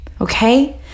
Okay